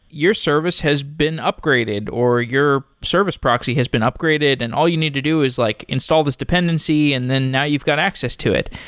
your service has been upgraded, or your service proxy has been upgraded and all you need to do is like install this dependency and then now you've got access to it,